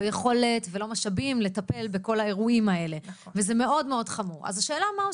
לא יכולת ולא משאבים לטפל בכל האירועים האלה וזה מאוד מאוד חמור.